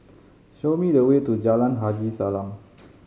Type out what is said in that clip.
show me the way to Jalan Haji Salam